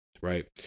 Right